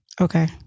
okay